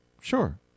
Sure